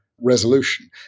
resolution